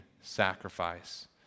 sacrifice